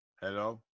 Hello